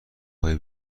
خوای